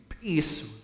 peace